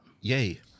Yay